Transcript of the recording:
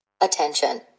Attention